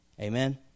Amen